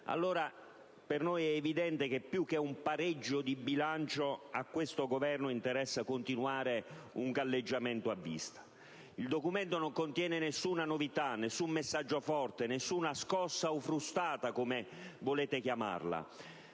allora per noi è evidente che più che un pareggio di bilancio a questo Governo interessa continuare un galleggiamento di vista. Il Documento non contiene nessuna novità, nessun messaggio forte, nessuna scossa o frustata, come volete chiamarla.